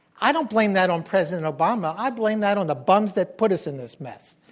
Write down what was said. i don't blame that on president obama, i blame that on the bums that put us in this mess.